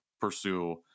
pursue